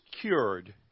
cured